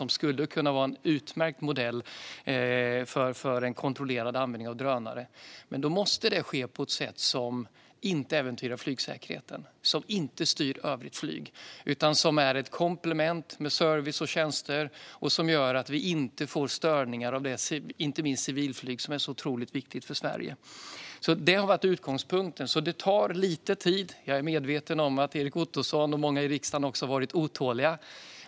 Det skulle kunna vara en utmärkt modell för en kontrollerad användning av drönare. Men då måste det ske på ett sätt som inte äventyrar flygsäkerheten och som inte styr övrigt flyg. Det ska vara ett komplement med service och tjänster som inte gör att vi får störningar av civilflyg, inte minst, som är otroligt viktigt för Sverige. Detta har alltså varit utgångspunkten. Det tar lite tid. Jag är medveten om att Erik Ottoson och många andra i riksdagen har varit otåliga.